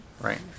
right